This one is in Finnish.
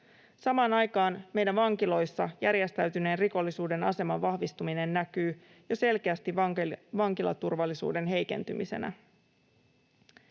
Samaan aikaan meidän vankiloissa järjestäytyneen rikollisuuden aseman vahvistuminen näkyy jo selkeästi vankilaturvallisuuden heikentymisenä.